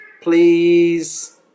please